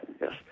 Yes